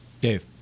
Dave